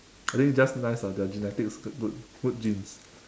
I think just nice lah their genetics good good genes